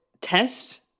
test